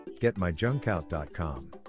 getmyjunkout.com